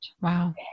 Wow